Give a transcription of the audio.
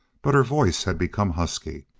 but her voice had become husky.